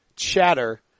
chatter